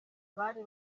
bari